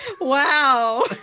Wow